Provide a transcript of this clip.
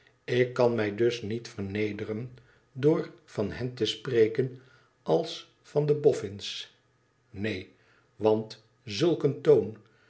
ik kan mij dus niet vernederen door van hen te spreken als van de bofïïns neen want zulk een toon